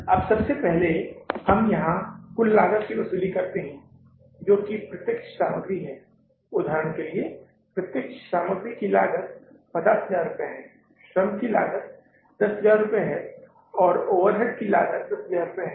अब सबसे पहले हम यहां कुल लागत की वसूली करते हैं जो कि प्रत्यक्ष सामग्री है उदाहरण के लिए प्रत्यक्ष सामग्री की लागत 50000 रुपये है श्रम लागत 10000 रुपये है और ओवरहेड की लागत 10000 रुपये है